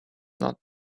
not